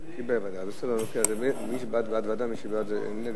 עם כל